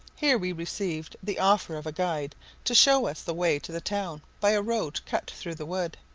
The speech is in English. here we received the offer of a guide to show us the way to the town by a road cut through the wood.